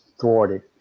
thwarted